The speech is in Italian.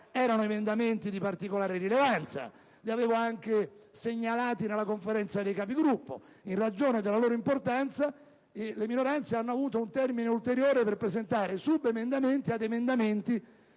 di emendamenti di particolare rilevanza, che avevo segnalato anche nella Conferenza dei Capigruppo. In ragione della loro importanza, le minoranze hanno avuto un termine ulteriore per presentare subemendamenti ad emendamenti